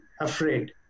afraid